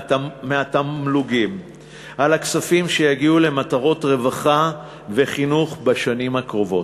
מהתמלוגים על הכספים שיגיעו למטרות רווחה וחינוך בשנים הקרובות,